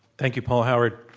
thank you, paul howard.